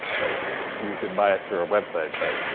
like you could buy it through our website, but